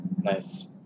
Nice